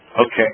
Okay